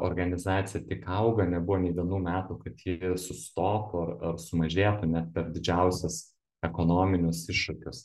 organizacija tik auga nebuvo nė vienų metų kad ji sustotų ar ar sumažėtų net per didžiausias ekonominius iššūkius